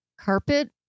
carpet